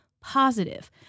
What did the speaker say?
positive